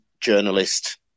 journalist